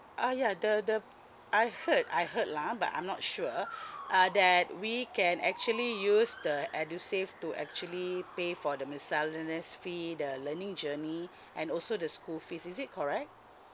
uh yeah the the I heard I heard lah but I'm not sure uh that we can actually use the edusave to actually pay for the miscellaneous fee the learning journey and also the school fees is it correct